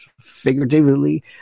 figuratively